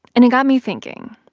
and it got me thinking.